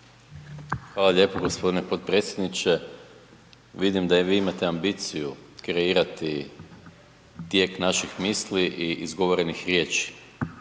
Hvala lijepo g. potpredsjedniče. Vidim da i vi imate ambiciju kreirati tijek naših misli i izgovorenih riječi